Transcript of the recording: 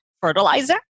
fertilizer